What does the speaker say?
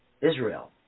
Israel